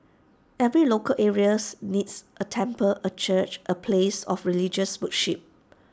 every local areas needs A temple A church A place of religious worship